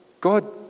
God